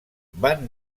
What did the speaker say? van